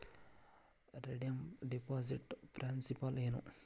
redeem deposit principal ಏನು